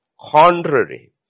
contrary